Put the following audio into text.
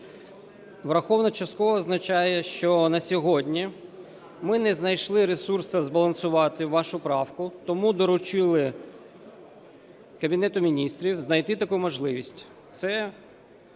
враховано частково означає, що на сьогодні ми не знайшли ресурсу збалансувати вашу правку, тому доручили Кабінету Міністрів знайти таку можливість. Це